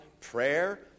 prayer